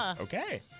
Okay